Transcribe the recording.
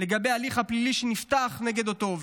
לגבי ההליך הפלילי שנפתח נגד אותו עובד.